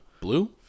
Blue